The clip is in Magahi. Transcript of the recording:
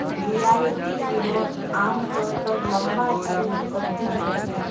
रियायती रिनोत आमतौर पर लंबा छुट अवधी होचे